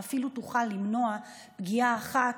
ואפילו תוכל למנוע פגיעה אחת,